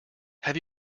have